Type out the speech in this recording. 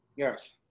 Yes